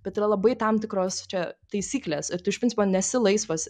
bet yra labai tam tikros čia taisyklės ir tu iš principo nesi laisvas